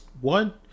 One